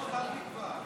תודה רבה.